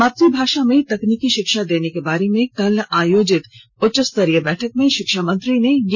मातृ भाषा में तकनीकी शिक्षा देने के बारे में कल आयोजित उच्चस्तरीय बैठक में शिक्षा मंत्री ने यह निर्णय लिया